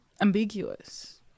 ambiguous